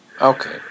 Okay